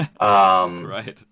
Right